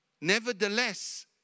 nevertheless